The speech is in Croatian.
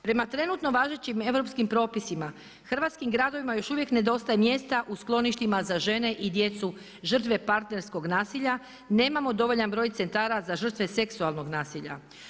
Prema trenutno važećim europskim propisima, hrvatskim gradovima još uvijek nedostaje mjesta u skloništima za žene i djecu žrtve partnerskog nasilja, nemamo dovoljan broj centara za žrtve seksualnog nasilja.